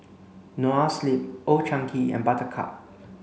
Noa Sleep Old Chang Kee and Buttercup